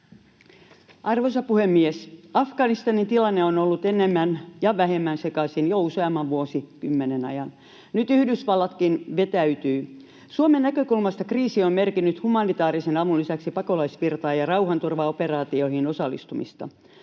Arvoisa puhemies! Afganistanin tilanne on ollut enemmän tai vähemmän sekaisin jo useamman vuosikymmenen ajan. Nyt Yhdysvallatkin vetäytyy. Suomen näkökulmasta kriisi on merkinnyt humanitaarisen avun lisäksi pakolaisvirtaa ja rauhanturvaoperaatioihin osallistumista.